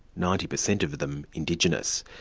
ninety percent of of them indigenous.